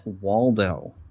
Waldo